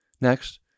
Next